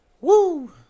Woo